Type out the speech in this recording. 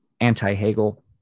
anti-Hegel